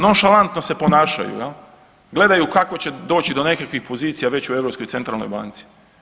Nonšalantno se ponašaju, gledaju kako će doći do nekakvih pozicija već u Europskoj centralnoj banci.